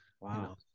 Wow